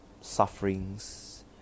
sufferings